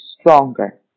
stronger